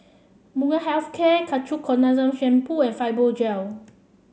Molnylcke Health Care Ketoconazole Shampoo and Fibogel